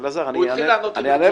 הוא התחיל לענות לי.